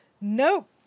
Nope